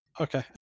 Okay